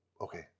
okay